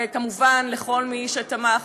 וכמובן לכל מי שתמך,